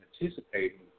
anticipating